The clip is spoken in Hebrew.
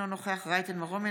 אינו נוכח אפרת רייטן מרום,